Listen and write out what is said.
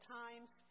times